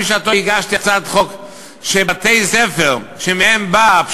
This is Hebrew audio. בשעתי הגשתי הצעת חוק שבתי-ספר שמהם באה פשיעה,